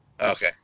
Okay